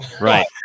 Right